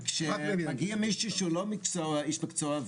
כשמגיע איש שהוא לא איש מקצוע,